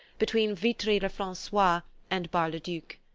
between vitry-le-francois and bar-le-duc.